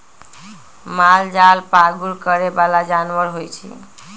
मालजाल पागुर करे बला जानवर होइ छइ